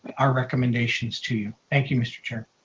our recommendations to you. thank you, mr. chair.